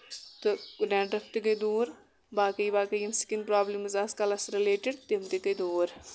تہٕ ڈینٛڈرف تہِ گٔیے دوٗر باقٕے باقٕے یِم سِکِن پرابلمٕز آسہٕ کَلس رِلیٹِڈ تِم تہِ گٔیے دوٗر